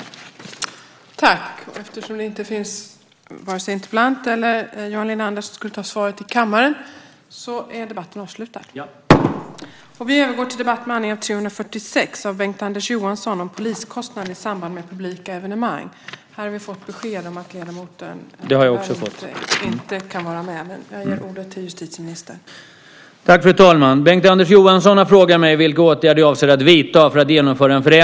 Då Johan Linander, som skulle delta i överläggningen i stället för Maud Olofsson som framställt interpellationen och som meddelat att hon var förhindrad att närvara vid sammanträdet, inte var närvarande i kammaren förklarade tredje vice talmannen överläggningen avslutad.